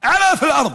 (אומר בערבית: